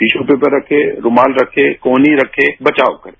tissue paper रखे रूमाल रखे कोहनी रखे बचाव करें